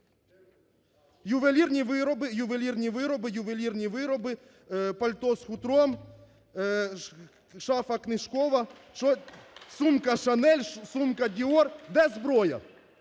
ювелірні вироби, пальто з хутром, шафа книжкова, сумка "Шанель", сумка "Діор"..." Де зброя?